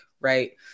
right